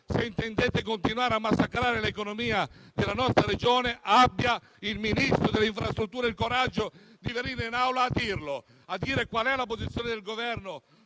Se intendete continuare a massacrare l'economia della nostra Regione, abbia il Ministro delle infrastrutture il coraggio di venire in Aula a dirlo, a dire qual è la posizione del Governo